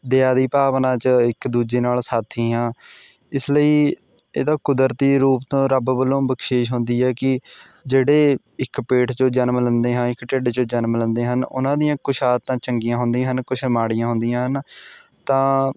ਦਿਆ ਦੀ ਭਾਵਨਾ 'ਚ ਇੱਕ ਦੂਜੇ ਨਾਲ਼ ਸਾਥੀ ਹਾਂ ਇਸ ਲਈ ਇਹ ਤਾਂ ਕੁਦਰਤੀ ਰੂਪ ਤੋਂ ਰੱਬ ਵੱਲੋਂ ਬਖਸ਼ਿਸ਼ ਹੁੰਦੀ ਹੈ ਕਿ ਜਿਹੜੇ ਇੱਕ ਪੇਟ ਚੋਂ ਜਨਮ ਲੈਂਦੇ ਹਾਂ ਇੱਕ ਢਿੱਡ ਚੋਂ ਜਨਮ ਲੈਂਦੇ ਹਨ ਉਹਨਾਂ ਦੀਆਂ ਕੁਝ ਆਦਤਾਂ ਚੰਗੀਆਂ ਹੁੰਦੀਆਂ ਹਨ ਕੁਝ ਮਾੜੀਆਂ ਹੁੰਦੀਆਂ ਹਨ ਤਾਂ